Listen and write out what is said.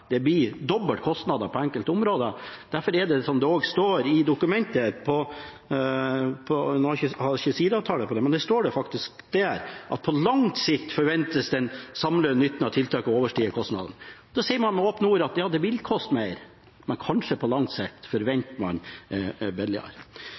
Det blir doble kostnader på enkelte områder. Derfor er det sånn som det også står i proposisjonen på side 25: «På lang sikt forventes den samlede nytten av tiltaket å overstige kostnadene.» Da sier man med rene ord at det vil koste mer, men at man på lang sikt